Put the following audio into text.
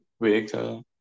vehicle